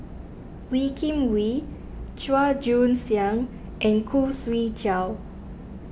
Wee Kim Wee Chua Joon Siang and Khoo Swee Chiow